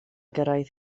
gyrraedd